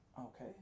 Okay